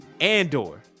Andor